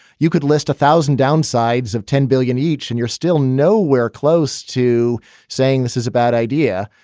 you could list a thousand downsides of ten billion each. and you're still nowhere close to saying this is a bad idea.